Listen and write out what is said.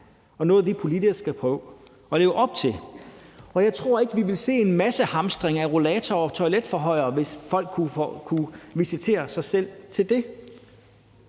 af det, vi politisk skal prøve at leve op til. Og jeg tror ikke, vi vil se en massehamstring af rollatorer og toiletforhøjere, hvis folk kunne visitere sig selv til det.